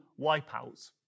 wipeout